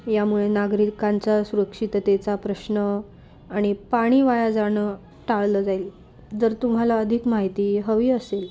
यामुळे नागरिकांचा सुरक्षिततेचा प्रश्न आणि पाणी वाया जाणं टाळलं जाईल जर तुम्हाला अधिक माहिती हवी असेल